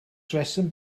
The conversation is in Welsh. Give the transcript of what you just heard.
rheswm